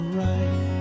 right